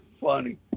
funny